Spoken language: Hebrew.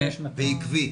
ועקבי.